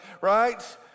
right